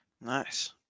Nice